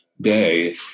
day